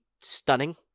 stunning